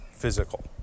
physical